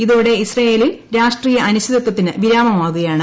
ഇതോടെ ഇസ്രായേലിൽ രാഷ്ട്രീയ അനിശ്ചിതത്വത്തിന് വിരാമമാകുകയാണ്